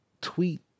tweet